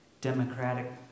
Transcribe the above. Democratic